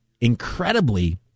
incredibly